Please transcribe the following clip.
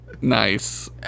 Nice